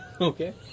Okay